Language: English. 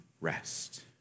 rest